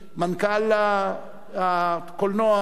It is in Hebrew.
מנכ"ל הקולנוע,